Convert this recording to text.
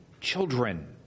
children